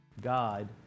God